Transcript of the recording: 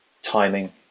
timing